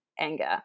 anger